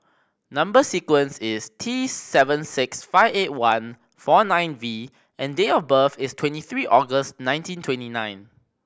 number sequence is T seven six five eight one four nine V and date of birth is twenty three August nineteen twenty nine